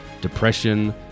depression